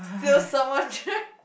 till someone